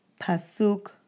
Pasuk